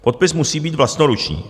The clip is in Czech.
Podpis musí být vlastnoruční.